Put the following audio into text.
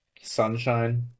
Sunshine